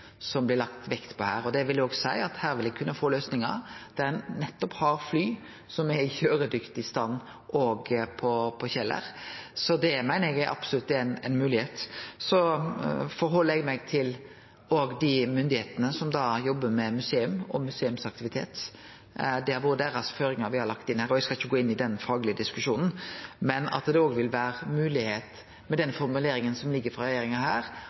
blir lagt vekt på her. Det vil seie at her vil ein kunne få løysingar der ein nettopp har fly som er i køyredyktig stand òg på Kjeller, så det meiner eg absolutt er ei moglegheit. Så held eg meg til dei myndigheitene som jobbar med museum og museumsaktivitet. Det er deira føringar me har lagt inn her, og eg skal ikkje gå inn i den faglege diskusjonen. Men at det vil vere moglegheit med den formuleringa frå regjeringa til å ha og kunne bruke fly som er i køyredyktig stand, meiner eg absolutt er innanfor, òg med den formuleringa regjeringa